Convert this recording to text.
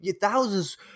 thousands